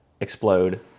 explode